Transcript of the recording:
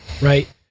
right